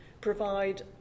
provide